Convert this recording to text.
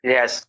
Yes